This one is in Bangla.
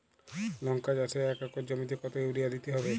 লংকা চাষে এক একর জমিতে কতো ইউরিয়া দিতে হবে?